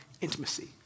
intimacy